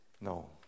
No